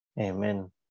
Amen